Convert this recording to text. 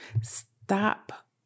Stop